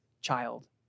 child